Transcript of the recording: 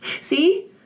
See